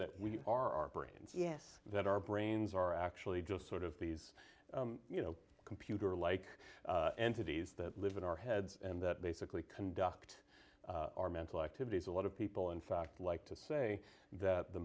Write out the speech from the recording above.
that we are our brains that our brains are actually just sort of these you know computer like entities that live in our heads and that basically conduct our mental activities a lot of people in fact like to say that the